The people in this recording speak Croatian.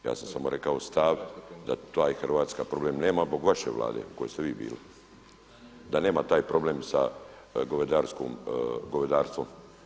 Ja sam samo rekao stav da taj Hrvatska problem nema zbog vaše Vlade u kojoj ste vi bili, da nema taj problem sa govedarstvom.